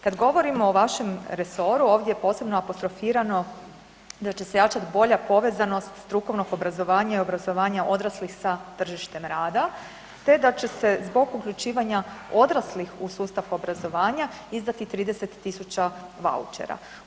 Kad govorimo o vašem resoru ovdje je posebno apostrofirano da će se jačati bolja povezanost strukovnog obrazovanja i obrazovanja odraslih sa tržištem rada te da će se zbog uključivanja odraslih u sustav obrazovanja izdati 30.000 vaučera.